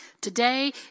Today